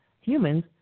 humans